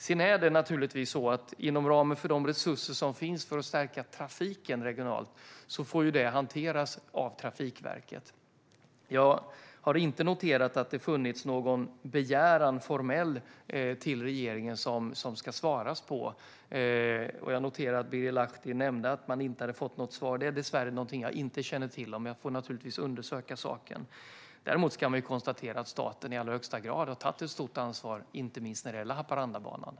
Sedan är det naturligtvis så att inom ramen för de resurser som finns för att stärka trafiken regionalt får det här hanteras av Trafikverket. Jag har inte noterat att det har funnits någon formell begäran till regeringen som ska besvaras. Jag noterade att Birger Lahti nämnde att man inte har fått något svar, och det är dessvärre något som jag inte känner till. Jag får naturligtvis undersöka saken. Däremot kan man konstatera att staten i allra högsta grad har tagit ett stort ansvar inte minst när det gäller Haparandabanan.